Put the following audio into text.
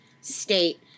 state